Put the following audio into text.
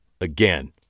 Again